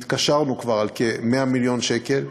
התקשרנו כבר על כ-100 מיליון שקל,